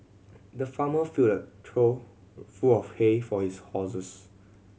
the farmer filled a trough full of hay for his horses